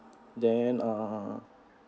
then uh